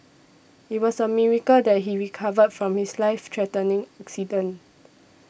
it was a miracle that he recovered from his life threatening accident